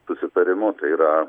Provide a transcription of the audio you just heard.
susitarimu tai yra